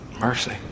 Mercy